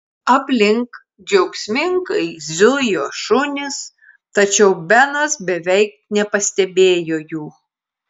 aplink džiaugsmingai zujo šunys tačiau benas beveik nepastebėjo jų